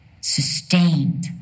sustained